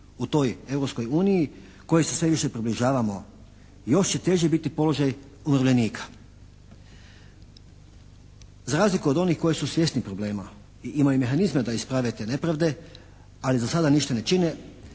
uniji kojoj se sve više približavamo. Još će teži biti položaj umirovljenika. Za razliku od onih koji su svjesni problema i imaju mehanizme da isprave te nepravde, ali za sada ništa ne čine